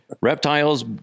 Reptiles